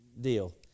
deal